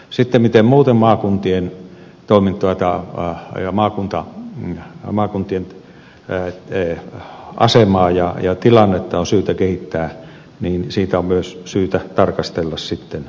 sitä miten muuten maakuntien toimintoja ja maakuntien asemaa ja tilannetta on syytä kehittää on myös syytä tarkastella sitten myöhemmin